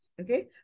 Okay